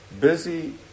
busy